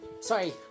sorry